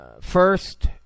first